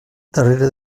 darrere